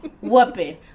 whooping